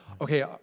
Okay